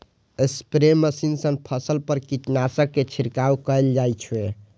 spray machine सं फसल पर कीटनाशक के छिड़काव कैल जाइ छै